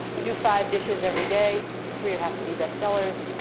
do five dishes every day. three have to be best sellers.